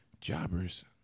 Jobbers